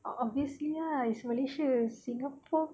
obviously lah it's malaysia singapore